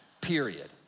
period